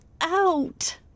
out